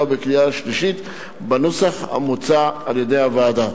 ובקריאה השלישית בנוסח המוצע על-ידי הוועדה.